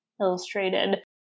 illustrated